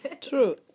True